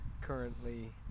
currently